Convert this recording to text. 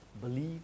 believe